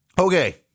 Okay